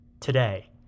today